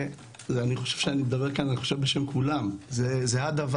ואני חושב שאני מדבר כאן בשם כולם זה הדבר.